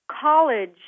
college